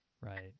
right